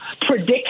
predict